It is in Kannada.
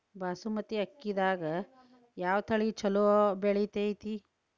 ಬಾಸುಮತಿ ಅಕ್ಕಿದಾಗ ಯಾವ ತಳಿ ಛಲೋ ಬೆಳಿತೈತಿ?